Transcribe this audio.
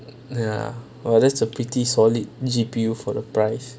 ya oh that's a pretty solid gipi rule for the price